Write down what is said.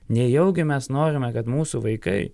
nejaugi mes norime kad mūsų vaikai